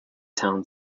town